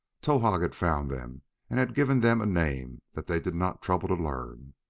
towahg had found them and had given them a name that they did not trouble to learn.